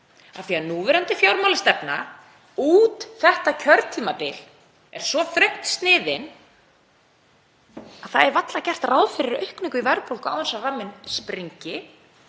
því að núverandi fjármálastefna út þetta kjörtímabil er svo þröngt sniðin að það er varla gert ráð fyrir aukningu í verðbólgu án þess að ramminn springi